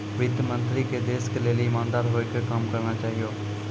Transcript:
वित्त मन्त्री के देश के लेली इमानदार होइ के काम करना चाहियो